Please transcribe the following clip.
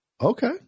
Okay